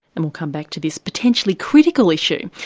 and we'll come back to this potentially critical issue.